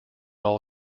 all